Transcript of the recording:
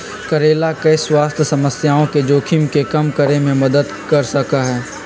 करेला कई स्वास्थ्य समस्याओं के जोखिम के कम करे में मदद कर सका हई